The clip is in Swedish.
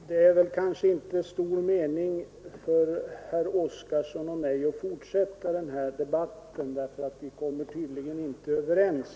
Herr talman! Det är kanske inte stor mening för herr Oskarson och mig att fortsätta den här debatten; vi kommer tydligen inte överens.